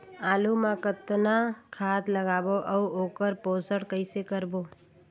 आलू मा कतना खाद लगाबो अउ ओकर पोषण कइसे करबो?